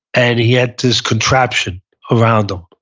and he had this contraption around him,